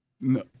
No